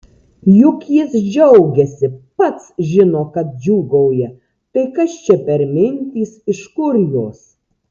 juk jis džiaugiasi pats žino kad džiūgauja tai kas čia per mintys iš kur jos